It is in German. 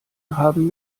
haben